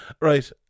Right